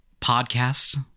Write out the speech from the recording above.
podcasts